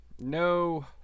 No